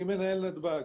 אני מנהל נתב"ג.